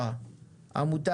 יורדת.